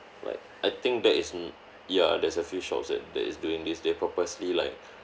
like I think that is m~ ya there's a few shops that that is doing this they purposely like